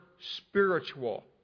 spiritual